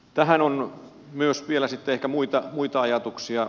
tähän on vielä ehkä myös muita ajatuksia